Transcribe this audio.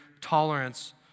tolerance